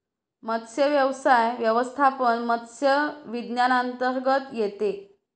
मत्स्यव्यवसाय व्यवस्थापन मत्स्य विज्ञानांतर्गत येते